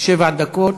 שבע דקות,